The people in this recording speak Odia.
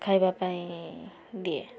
ଖାଇବା ପାଇଁ ଦିଏ